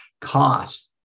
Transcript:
cost